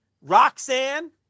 roxanne